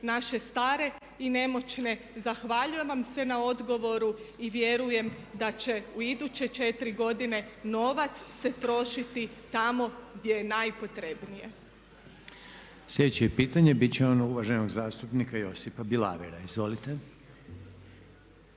naše stare i nemoćne. Zahvaljujem vam se na odgovoru i vjerujem da će u iduće 4 godine novac se trošiti tamo gdje je najpotrebnije.